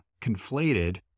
conflated